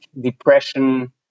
depression